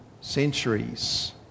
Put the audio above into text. centuries